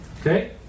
Okay